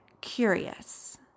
curious